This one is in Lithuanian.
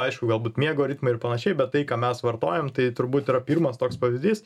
aišku galbūt miego ritmą ir panašiai bet tai ką mes vartojam tai turbūt yra pirmas toks pavyzdys